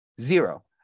Zero